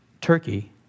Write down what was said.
Turkey